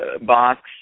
box